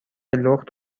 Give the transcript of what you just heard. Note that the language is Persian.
لخت